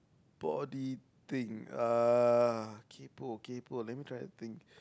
body thing uh kaypo kaypo let me try and think